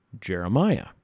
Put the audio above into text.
Jeremiah